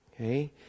Okay